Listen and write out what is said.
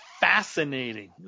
fascinating